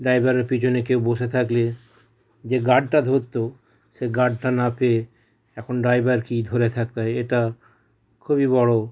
ড্রাইভারের পিছনে কেউ বসে থাকলে যে গার্ডটা ধরত সেই গার্ডটা না পেয়ে এখন ড্রাইভারকেই ধরে থাকতে হয় এটা খুবই বড়